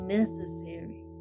necessary